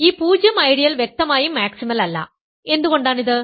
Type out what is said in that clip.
ഈ 0 ഐഡിയൽ വ്യക്തമായും മാക്സിമൽ അല്ല എന്തുകൊണ്ടാണ് ഇത്